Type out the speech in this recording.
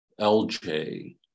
LJ